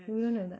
உள்ள நெல:ulla nela